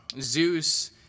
Zeus